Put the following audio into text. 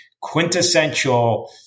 quintessential